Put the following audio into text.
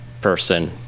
person